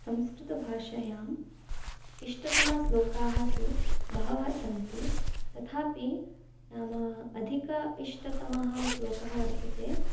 संस्कृतभाषायाम् इष्टतमश्लोकाः तु बहवः सन्ति तथापि नाम अधिक इष्टतमः श्लोकः वर्तते